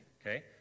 okay